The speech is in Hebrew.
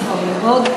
וזה נכון מאוד.